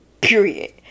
Period